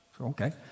Okay